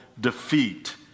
defeat